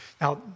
Now